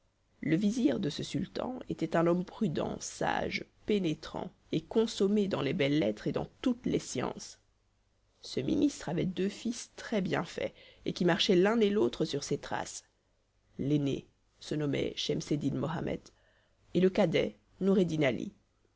le vizir de ce sultan était un homme prudent sage pénétrant et consommé dans les belles-lettres et dans toutes les sciences ce ministre avait deux fils très-bien faits et qui marchaient l'un et l'autre sur ses traces l'aîné se nommait schemseddin mohammed et le cadet